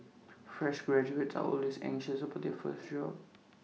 fresh graduates are always anxious about their first job